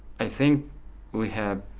i think we have